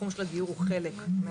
התחום של הגיור הוא חלק מהדסק.